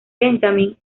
benjamin